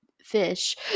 fish